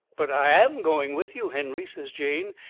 but i am going with you, henry, says jane.